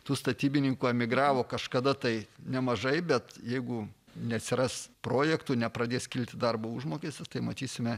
tų statybininkų emigravo kažkada tai nemažai bet jeigu neatsiras projektų nepradės kilti darbo užmokestis tai matysime